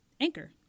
Anchor